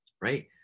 right